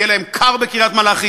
יהיה להם קר בקריית-מלאכי,